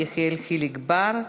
יחיאל חיליק בר,